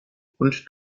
und